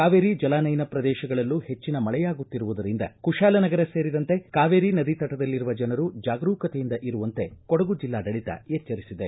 ಕಾವೇರಿ ಜಲಾನಯನ ಪ್ರದೇಶಗಳಲ್ಲೂ ಹೆಚ್ಚಿನ ಮಳೆಯಾಗುತ್ತಿರುವುದರಿಂದ ಕುಶಾಲನಗರ ಸೇರಿದಂತೆ ಕಾವೇರಿ ನದಿ ತಟದಲ್ಲಿರುವ ಜನರು ಜಾಗರೂಕತೆಯಿಂದ ಇರುವಂತೆ ಕೊಡಗು ಜಿಲ್ಲಾಡಳಿತ ಎಚ್ಚರಿಸಿದೆ